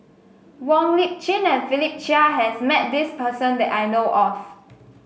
Wong Lip Chin and Philip Chia has met this person that I know of